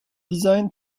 designed